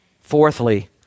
Fourthly